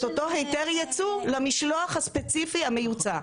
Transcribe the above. אותו היתר יצוא למשלוח הספציפי המיוצא.